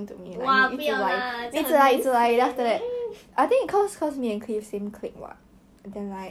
dennis is just guai lan lah honestly he just 一直 disturb 一直一直一直来 diss